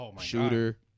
Shooter